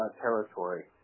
territory